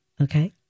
Okay